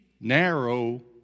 narrow